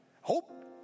Hope